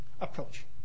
approach